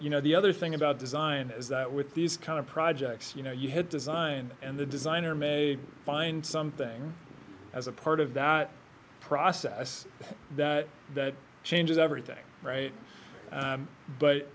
you know the other thing about design is that with these kind of projects you know you had design and the designer may find something as a part of that process that changes everything right